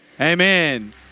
amen